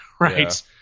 right